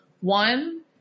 One